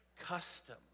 custom